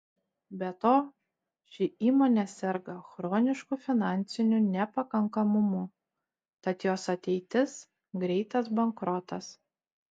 be to ši įmonė serga chronišku finansiniu nepakankamumu tad jos ateitis greitas bankrotas